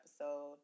episode